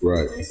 Right